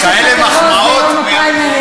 יש לך כרוז ליום הפריימריז.